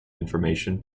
information